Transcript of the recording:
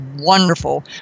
wonderful